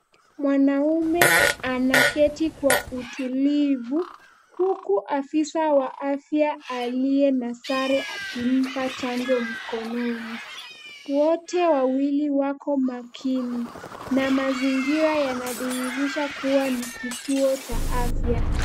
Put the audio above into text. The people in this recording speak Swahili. Mwanaume anaketi kwa utulivu, huku afisa wa afya aliye na sare akimpa chanjo mkononi. Wote wawili wako makini na mazingira yanadhihirisha kuwa ni kituo cha afya.